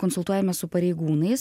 konsultuojamės su pareigūnais